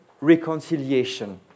reconciliation